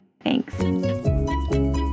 Thanks